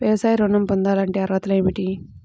వ్యవసాయ ఋణం పొందాలంటే అర్హతలు ఏమిటి?